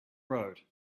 road